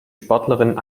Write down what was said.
sportlerin